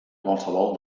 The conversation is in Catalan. qualsevol